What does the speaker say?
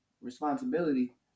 responsibility